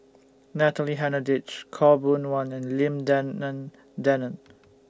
Natalie Hennedige Khaw Boon Wan and Lim Denan Denon